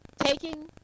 taking